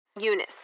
Eunice